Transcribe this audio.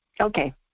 Okay